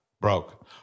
Broke